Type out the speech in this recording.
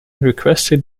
requested